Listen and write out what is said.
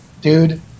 dude